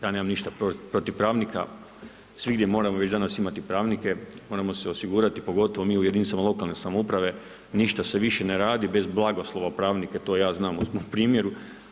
Ja nemam ništa protiv pravnika, svugdje danas moramo imati pravnike, moramo se osigurati, pogotovo mi u jedinicama lokalne samouprave, ništa se više ne radi, bez blagoslova pravnika, to je znam u primjeru.